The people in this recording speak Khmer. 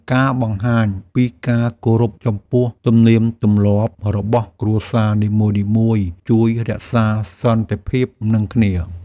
ការបង្ហាញពីការគោរពចំពោះទំនៀមទំលាប់របស់គ្រួសារនីមួយៗជួយរក្សាសន្តិភាពនិងគ្នា។